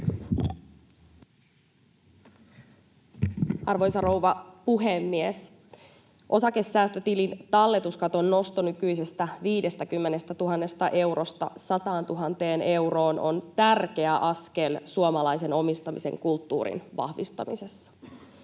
Arvoisa rouva puhemies! Osakesäästötilin talletuskaton nosto nykyisestä 50 000 eurosta 100 000 euroon on tärkeä askel suomalaisen omistamisen kulttuurin vahvistamisessa.